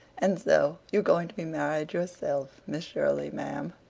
and so you're going to be married yourself, miss shirley, ma'am?